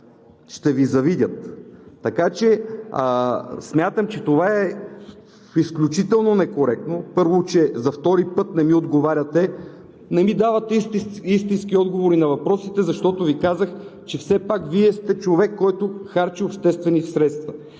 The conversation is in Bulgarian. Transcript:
ще Ви завидят! Смятам, че това е изключително некоректно. Първо, за втори път не ми отговаряте – не ми давате истински отговори на въпросите, защото Ви казах, че все пак Вие сте човек, който харчи обществени средства,